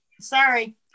sorry